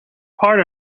part